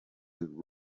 and